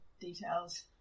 details